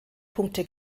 punkte